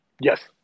Yes